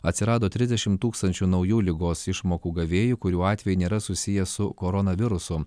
atsirado trisdešim tūkstančių naujų ligos išmokų gavėjų kurių atvejai nėra susiję su koronavirusu